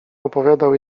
opowiadał